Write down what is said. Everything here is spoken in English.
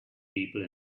people